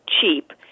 cheap